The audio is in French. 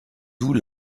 d’août